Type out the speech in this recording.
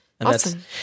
Awesome